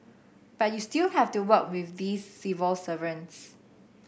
but you still have to work with these civil servants